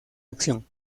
acción